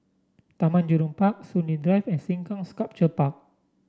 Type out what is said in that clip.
Taman Jurong Park Soon Lee Drive and Sengkang Sculpture Park